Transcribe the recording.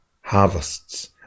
harvests